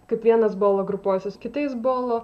kaip vienas bolo grupuojasi su kitais bolo